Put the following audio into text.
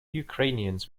ukrainians